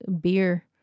beer